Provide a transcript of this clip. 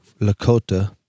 Lakota